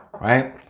right